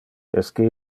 esque